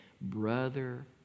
Brother